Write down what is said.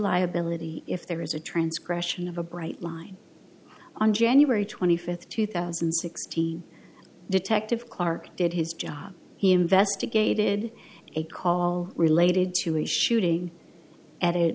liability if there is a transgression of a bright line on january twenty fifth two thousand and sixty detective clarke did his job he investigated a call related to a shooting at a